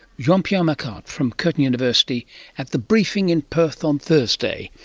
jean-pierre macquart from curtin university at the briefing in perth on thursday.